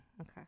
Okay